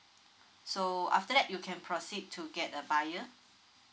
so after that you can proceed to get a buyer